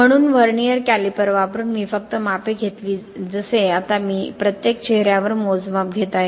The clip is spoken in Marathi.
म्हणून व्हर्नियर कॅलिपर वापरून मी फक्त मापे घेतली जसे आता मी प्रत्येक चेहऱ्यावर मोजमाप घेत आहे